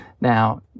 now